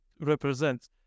represents